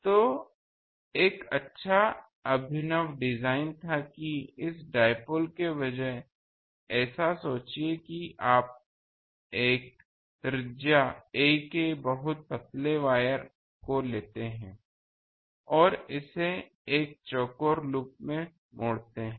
तो एक अच्छा अभिनव डिजाइन था कि इस डाइपोल के बजाय ऐसा सोचिए कि आप त्रिज्या ए"a" के बहुत पतले वायर को लेते हैं और इसे एक चौकोर लूप में मोड़ते हैं